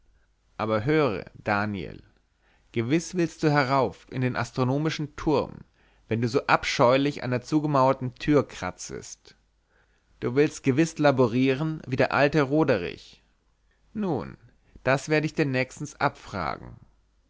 aber höre daniel gewiß willst du herauf in den astronomischen turm wenn du so abscheulich an der zugemauerten türe kratzest du willst gewiß laborieren wie der alte roderich nun das werd ich dir nächstens abfragen